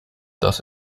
thus